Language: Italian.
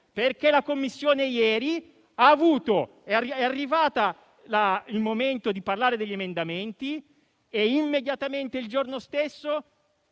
perché in Commissione ieri è arrivato il momento di parlare degli emendamenti e immediatamente, il giorno stesso,